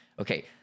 Okay